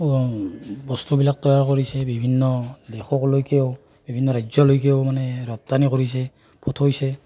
বস্তুবিলাক তৈয়াৰ কৰিছে বিভিন্ন দেশলৈকেও বিভিন্ন ৰাজ্যলৈকেও মানে ৰপ্তানি কৰিছে পঠাইছে